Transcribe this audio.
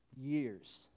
years